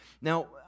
Now